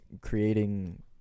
creating